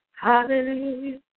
Hallelujah